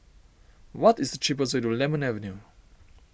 what is the cheapest way to Lemon Avenue